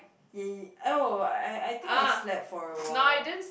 oh I I think I slept for a while